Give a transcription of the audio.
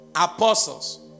apostles